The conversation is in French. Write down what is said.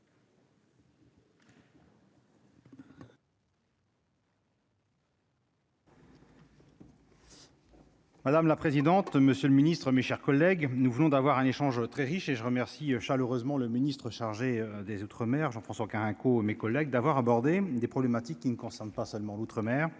Madame la présidente, monsieur le Ministre, mes chers collègues, nous venons d'avoir un échange très riche, et je remercie chaleureusement le ministre chargé des Outre-Mer Jean-François Carenco mes collègues d'avoir aborder des problématiques qui ne concerne pas seulement l'outre-mer,